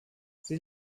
sie